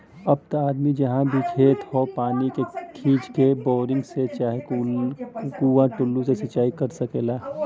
अब त आदमी जहाँ भी खेत हौ पानी के खींच के, बोरिंग से चाहे कुंआ टूल्लू से सिंचाई कर सकला